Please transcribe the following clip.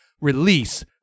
release